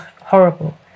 horrible